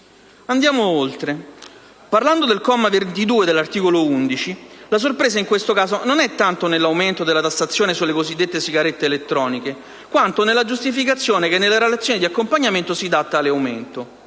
Andiamo oltre. Parlando del comma 22 dell'articolo 11, la sorpresa in questo caso non è tanto nell'aumento della tassazione sulle cosiddette sigarette elettroniche, quanto nella giustificazione che, nella relazione di accompagnamento si dà a tale aumento.